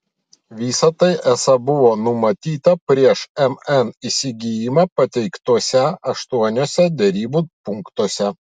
visa tai esą buvo numatyta prieš mn įsigijimą pateiktuose aštuoniuose derybų punktuose